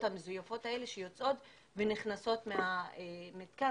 המזויפות האלה שיוצאות ונכנסות מהמתקן,